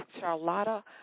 Charlotta